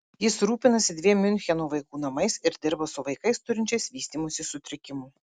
jis rūpinasi dviem miuncheno vaikų namais ir dirba su vaikais turinčiais vystymosi sutrikimų